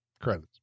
credits